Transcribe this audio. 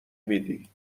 میدی